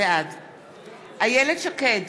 בעד איילת שקד,